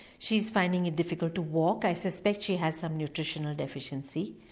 she's finding it difficult to walk, i suspect she has some nutritional deficiency.